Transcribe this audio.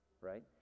right